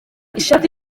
ishati